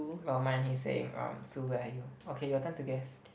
oh mine he's saying um Sue where are you okay your turn to guess